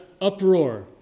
uproar